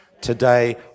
today